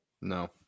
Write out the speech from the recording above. No